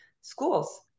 schools